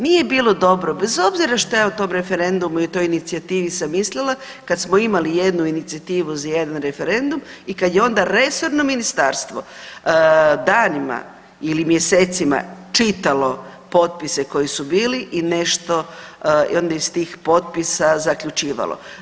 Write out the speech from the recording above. Nije bilo dobro bez obzira šta ja o tom referendumu i toj inicijativi sam mislila kad smo imali jednu inicijativu za jedan referendum i kad je onda resorno ministarstvo danima ili mjesecima čitalo potpise koji su bili i nešto onda iz tih potpisa zaključivalo.